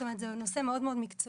זאת אומרת שזה נושא מאוד מקצועי.